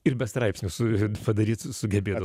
ir be straipsnių su padaryt sugebėdavo